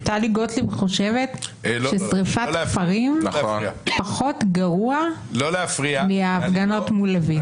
טלי גוטליב חושבת ששריפת כפרים פחות גרועה מההפגנות מול לוין.